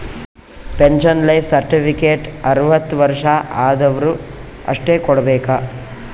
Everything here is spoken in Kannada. ಪೆನ್ಶನ್ ಲೈಫ್ ಸರ್ಟಿಫಿಕೇಟ್ ಅರ್ವತ್ ವರ್ಷ ಆದ್ವರು ಅಷ್ಟೇ ಕೊಡ್ಬೇಕ